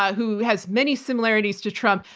ah who has many similarities to trump.